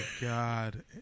god